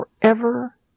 forever